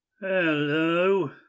Hello